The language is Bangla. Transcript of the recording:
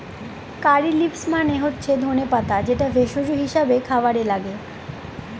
কারী লিভস মানে হচ্ছে ধনে পাতা যেটা ভেষজ হিসাবে খাবারে লাগে